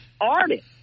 artist